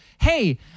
hey